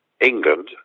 England